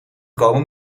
komen